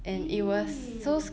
!ee!